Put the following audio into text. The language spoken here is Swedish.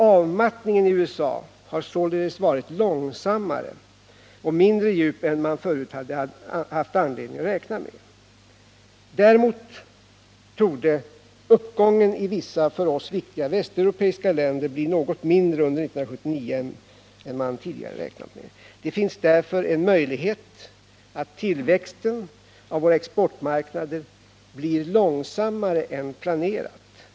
Avmattningen i USA har således varit långsammare och mindre djup än man förut haft anledning räkna med. Däremot torde uppgången i vissa för oss viktiga västeuropeiska länder bli något mindre under 1979 än man tidigare räknat med. Det finns därför en möjlighet att tillväxten av våra exportmarknader blir långsammare än planerat.